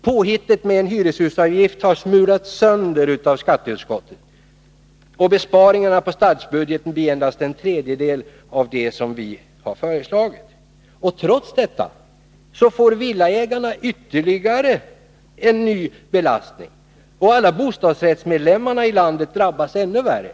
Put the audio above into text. Påhittet med en hyreshusavgift har smulats sönder av skatteutskottet, och besparingarna på statsbudgeten blir endast en tredjedel av vad vi moderater föreslår. Trots detta får villaägarna ytterligare en ny belastning, och alla bostadsrättsmedlemmar i landet drabbas ännu värre.